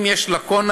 אם יש לקונה,